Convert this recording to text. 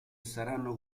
saranno